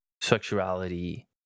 sexuality